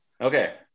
Okay